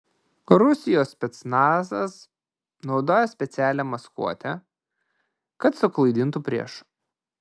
rusijos specnazas naudoja specialią maskuotę kad suklaidintų priešą